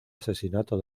asesinato